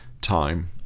time